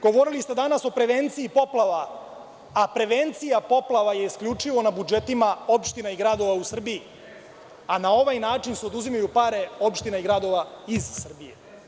Govorili ste danas o prevenciji poplava, a prevencija poplava je isključivo na budžetima opština i gradova u Srbiji, a na ovaj način se oduzimaju pare opštinama gradova iz Srbije.